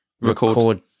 Record